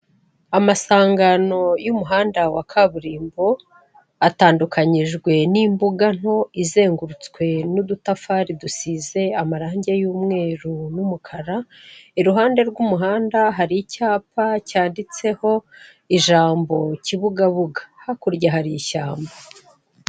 Amasangano y'umuhanda wa kaburimbo atandukanyijwe n'imbuga nto izengurutswe n'udutafari dusize amarangi y'umweru n'umukara, iruhande rw'umuhanda hari icyapa cyanditseho ijambo Kibugabuga hakurya hari ishyamba.